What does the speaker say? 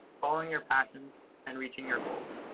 following your passions, and reaching your goals.